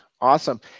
awesome